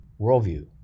worldview